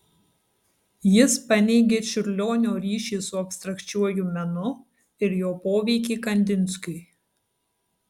jis paneigė čiurlionio ryšį su abstrakčiuoju menu ir jo poveikį kandinskiui